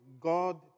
God